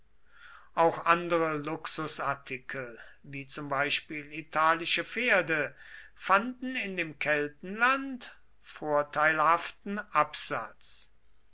auch andere luxusartikel wie zum beispiel italische pferde fanden in dem keltenland vorteilhaften absatz